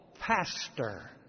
pastor